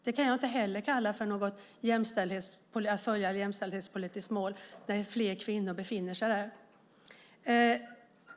Det anser jag inte heller innebär att man följer något jämställdhetspolitiskt mål när fler kvinnor befinner sig där.